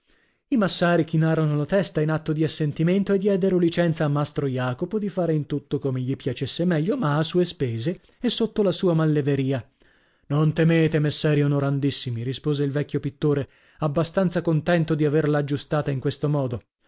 i massari chinarono la testa in atto di assentimento e diedero licenza a mastro jacopo di fare in tutto come gli piacesse meglio ma a sue spese e sotto la sua malleveria non temete messeri onorandissimi rispose il vecchio pittore abbastanza contento di averla aggiustata in quel modo